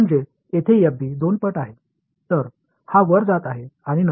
எனவே இந்த பையன் மேலே சென்று பின்னர் கீழே வரப் போகிறான்